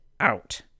Out